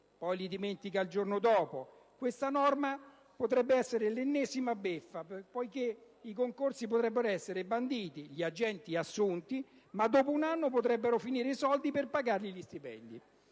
ma le dimentica il giorno dopo - questa norma potrebbe essere l'ennesima beffa, poiché i concorsi potrebbero essere banditi, gli agenti assunti, ma dopo un anno potrebbero finire i soldi per pagargli gli stipendi!